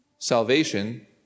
Salvation